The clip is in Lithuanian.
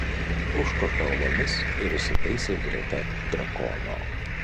užkopė uolomis ir įsitaisė greta drakono